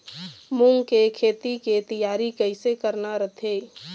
मूंग के खेती के तियारी कइसे करना रथे?